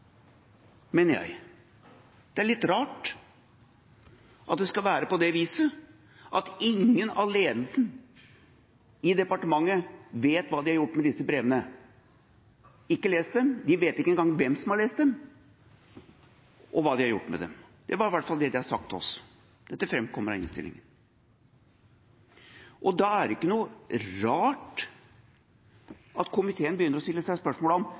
mener jeg, det er litt rart, at det skal være på det viset at ingen i ledelsen i departementet vet hva de har gjort med disse brevene – de har ikke lest dem, de vet ikke engang hvem som har lest dem, og hva de har gjort med dem. Det er i hvert fall det de har sagt til oss, og dette framkommer av innstillinga. Da er det ikke noe rart at komiteen begynner å stille seg